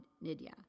Nidia